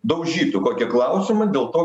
daužytų kokį klausimą dėl to